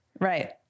Right